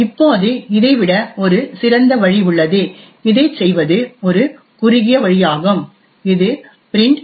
இப்போது இதைவிட ஒரு சிறந்த வழி உள்ளது இதைச் செய்வது ஒரு குறுகிய வழியாகும் இது print2a